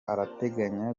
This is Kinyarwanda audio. arateganya